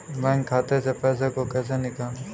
Bank खाते से पैसे को कैसे निकालें?